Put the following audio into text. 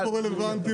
או לשבוע.